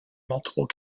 multiple